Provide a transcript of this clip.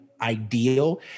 ideal